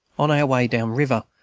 on our way down river,